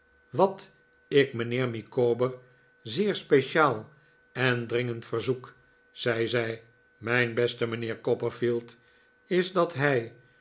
wat ik mijnheer micawber zeer speciaal en dringend verzoek zei zij mijn beste mijnheer copperfield is dat hij